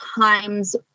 times